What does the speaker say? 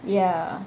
ya